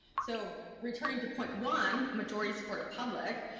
so returning to point one, majority support of public,